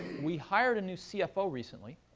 we hired a new cfo recently,